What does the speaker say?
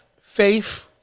faith